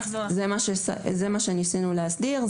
זה מה שניסינו להסביר.